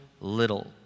little